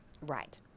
right